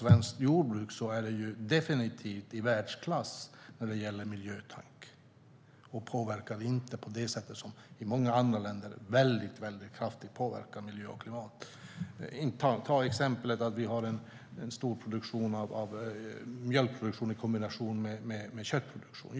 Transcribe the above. Svenskt jordbruk är definitivt i världsklass när det gäller miljötänk. Det påverkar inte på det sättet som jordbruket gör i många andra länder där det har en mycket kraftig påverkan på miljö och klimat. Det finns till exempel en stor produktion av mjölk i kombination av köttproduktion.